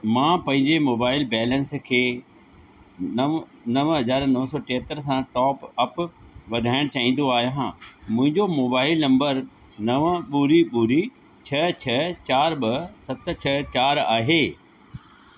मां पंहिंजे mobile balance खे नव नव हज़ार नव सौ टेहतरि सां टॉप अप वधाइणु चाहींदो आहियां मुंहिंजो मोबाइल नंबर नव ॿुड़ी ॿुड़ी छह छह चारि ॿ सत छह चारि आहे